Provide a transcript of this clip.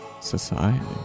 Society